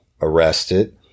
arrested